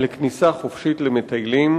לכניסה חופשית של מטיילים,